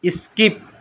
skip